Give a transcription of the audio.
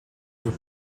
sus